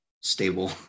stable